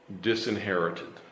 disinherited